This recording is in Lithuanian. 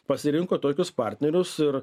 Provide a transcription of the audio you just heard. pasirinko tokius partnerius ir